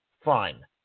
fine